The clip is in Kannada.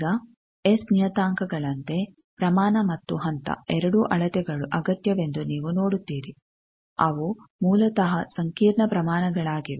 ಈಗ ಎಸ್ ನಿಯತಾಂಕಗಳಂತೆ ಪ್ರಮಾಣ ಮತ್ತು ಹಂತ ಎರಡೂ ಅಳತೆಗಳು ಅಗತ್ಯವೆಂದು ನೀವು ನೋಡುತ್ತೀರಿ ಅವು ಮೂಲತಃ ಸಂಕೀರ್ಣ ಪ್ರಮಾಣಗಳಾಗಿವೆ